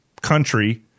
country